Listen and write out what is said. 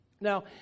Now